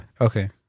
Okay